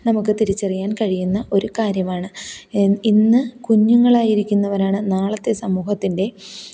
നമുക്ക് തിരിച്ചറിയാന് കഴിയുന്ന ഒരു കാര്യമാണ് ഇന്ന് കുഞ്ഞുങ്ങളായിരിക്കുന്നവരാണ് നാളത്തെ സമൂഹത്തിന്റെ